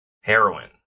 heroin